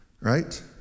right